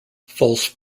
false